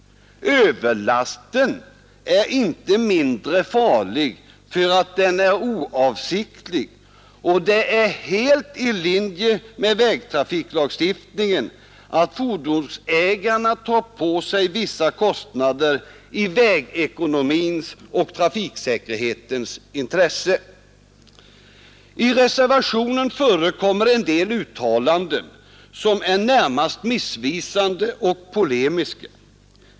Överlasten är inte mindre farlig därför att den är oavsiktlig. och det är helt i linje med vägtrafiklagstiftningen att fordonsägarna tar på sig vissa kostnader i vägekonomins och trafiksäkerhetens intresse. I reservationen förekommer en del uttalanden som är närmast missvisande och polemiska.